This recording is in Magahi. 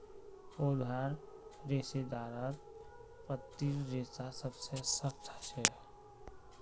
पौधार रेशेदारत पत्तीर रेशा सबसे सख्त ह छेक